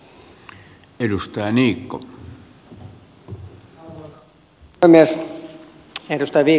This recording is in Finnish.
arvoisa puhemies